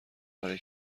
برای